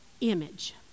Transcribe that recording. image